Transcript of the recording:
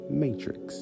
matrix